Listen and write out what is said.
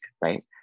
right